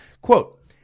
Quote